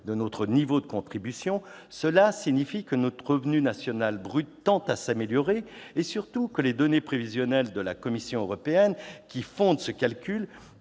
de notre niveau de contribution, cela signifie que notre revenu national brut s'améliore et surtout que les données prévisionnelles de la Commission européenne qui fondent ce calcul